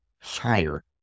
higher